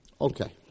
Okay